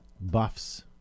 buffs